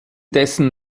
dessen